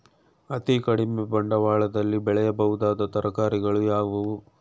ಅತೀ ಕಡಿಮೆ ಬಂಡವಾಳದಲ್ಲಿ ಬೆಳೆಯಬಹುದಾದ ತರಕಾರಿಗಳು ಯಾವುವು?